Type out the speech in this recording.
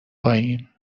پایین